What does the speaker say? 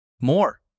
More